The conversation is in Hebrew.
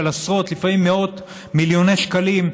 של עשרות ולפעמים מאות מיליוני שקלים,